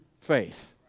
faith